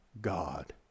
god